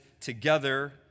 together